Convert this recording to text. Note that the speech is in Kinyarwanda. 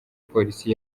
polisi